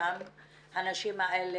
הנשים האלה